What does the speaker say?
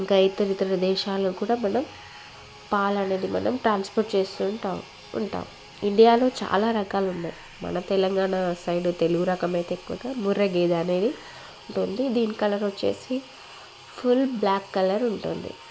ఇంకా ఇతర ఇతర దేశాల్లో కూడా మనం పాలు అనేటివి మనం ట్రాన్స్పోర్ట్ చేస్తుంటాము ఇండియాలో చాలా రకాలు ఉన్నాయి మన తెలంగాణ సైడ్ తెలుగు రకమైతే ఎక్కువగా ముర్రె గేదే అనేది ఉంది దీని కలర్ వచ్చి బ్లాక్ కలర్ ఉంటుంది